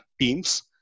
teams